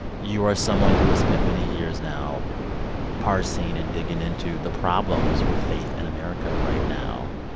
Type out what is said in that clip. you are someone who has spent many years now parsing and digging into the problems with faith in america right now.